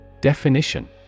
Definition